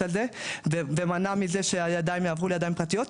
הזה ומנע מזה שהידיים יעברו לידיים פרטיות.